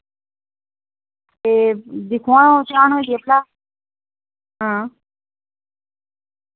ते दिक्खो हां ध्यान कन्नै भला